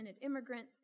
immigrants